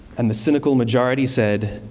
and the cynical majority said,